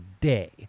day